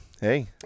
Hey